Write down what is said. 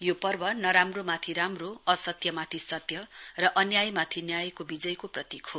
यो पर्व नराम्रोमाथि राम्रो असत्य माथि सत्य र अन्यायमाथि न्यायको विजयको प्रतीक हो